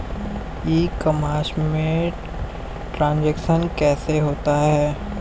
ई commerce में transaction कैसे होता है?